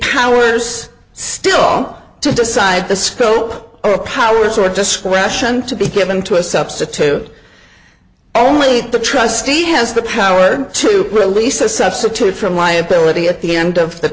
powers still to decide the scope of powers or discretion to be given to a substitute only the trustee has the power to release a substitute from liability at the end of the